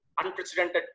unprecedented